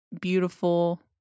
beautiful